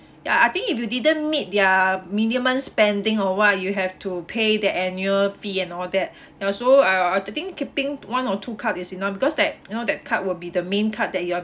ya I think if you didn't meet their minimum spending or what you have to pay the annual fee and all that uh so uh I think keeping one or two card is enough because that you know that card will be the main card that you are